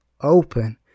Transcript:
open